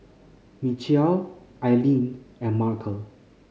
Michial Aileen and Markel